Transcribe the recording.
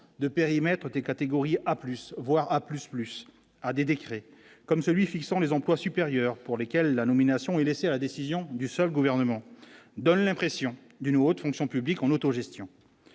de périmètres des catégories A plus voir à plus plus à des décrets comme celui fixant les emplois supérieurs pour lesquels la nomination est laissée à la décision du seul gouvernement donne l'impression d'une haute fonction publique en autogestion,